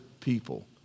people